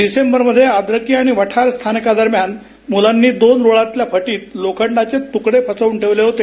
डिसेंबरमध्ये अदरकी वाठार दरम्यान मुलांनी दोन रुळांतल्या फटीत लोखंडाचे तुकडे फसवून ठेवले होते